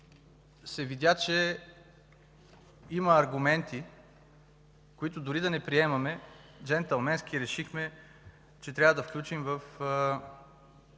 се видя, че има аргументи, които дори да не приемаме, джентълменски решихме, че трябва да включим в